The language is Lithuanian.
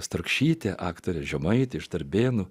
strakšyte aktorė žemaitė iš darbėnų